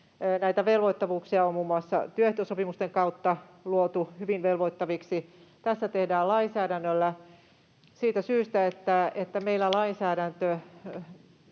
Näitä velvoittavuuksia on muun muassa työehtosopimusten kautta luotu hyvin velvoittaviksi. Tässä tehdään lainsäädännöllä siitä syystä, että meillä lainsäädäntö